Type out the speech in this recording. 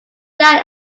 died